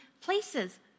places